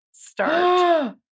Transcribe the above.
Start